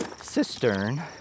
cistern